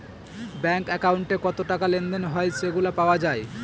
bank একাউন্টে কত টাকা লেনদেন হয় সেগুলা পাওয়া যায়